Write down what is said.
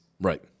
Right